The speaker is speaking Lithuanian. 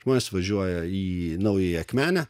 žmonės važiuoja į naująją akmenę